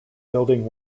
building